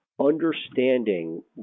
understanding